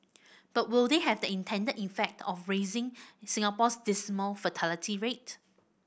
but will they have the intended effect of raising Singapore's dismal fertility rate